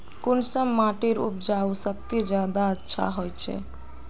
कुंसम माटिर उपजाऊ शक्ति ज्यादा अच्छा होचए?